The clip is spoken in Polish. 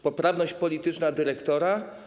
Poprawność polityczna dyrektora?